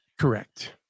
Correct